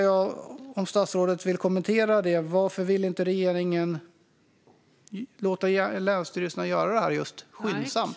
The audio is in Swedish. Kan statsrådet kommentera detta? Varför vill inte regeringen låta länsstyrelserna göra detta skyndsamt?